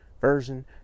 version